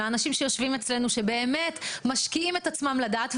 לאנשים שיושבים אצלנו ומשקיעים את עצמם לדעת.